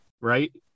right